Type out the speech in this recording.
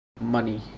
Money